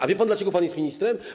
A wie pan, dlaczego pan jest ministrem?